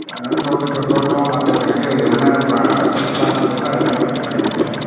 அதனால் தோட்டத்துக்கு தோட்டம் மாற்றுறதுக்காண்டி எவுள் நேர ப்ரா ப்ராஸஸ் இருக்கோ அது எல்லாமே கொஞ்சம் பண்ணிக் கொடுத்துருங்க